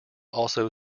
also